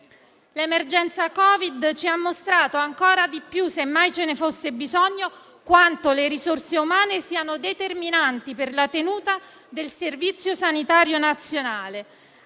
L'emergenza Covid-19 ha mostrato ancora di più, semmai ve ne fosse bisogno, quanto le risorse umane siano determinanti per la tenuta del Servizio sanitario nazionale.